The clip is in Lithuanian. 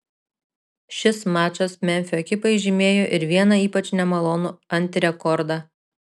šis mačas memfio ekipai žymėjo ir vieną ypač nemalonų antirekordą